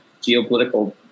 geopolitical